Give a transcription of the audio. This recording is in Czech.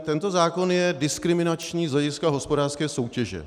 Tento zákon je diskriminační z hlediska hospodářské soutěže.